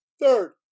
Third